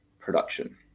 production